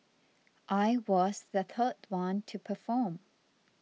I was the third one to perform